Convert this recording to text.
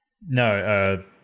No